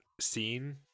scene